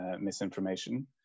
misinformation